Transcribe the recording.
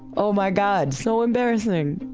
oh my god, so embarrassing!